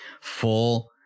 full